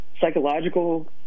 psychological